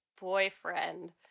boyfriend